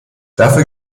dafür